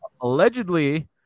allegedly